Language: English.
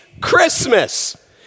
Christmas